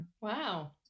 wow